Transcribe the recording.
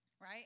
Right